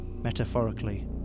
metaphorically